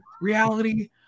reality